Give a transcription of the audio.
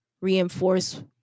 reinforce